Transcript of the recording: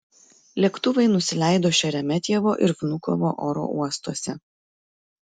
lėktuvai nusileido šeremetjevo ir vnukovo oro uostuose